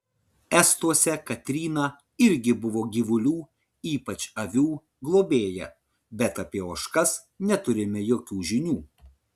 estuose katryna irgi buvo gyvulių ypač avių globėja bet apie ožkas neturime jokių žinių